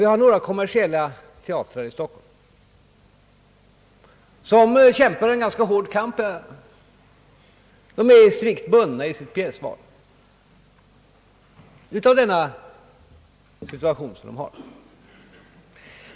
Vi har några kommersiella teatrar i Stockholm, vilka kämpar en ganska hård kamp. De är strikt bundna i sitt pjäsval av den situation som de befinner sig i.